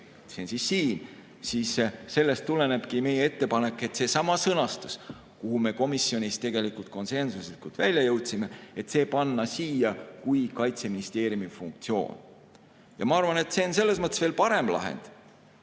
see on siin, siis sellest tulenebki meie ettepanek, et seesama sõnastus, milleni me komisjonis tegelikult konsensuslikult välja jõudsime, panna siia kui Kaitseministeeriumi funktsioon. Ma arvan, et see on selles mõttes veel parem lahend,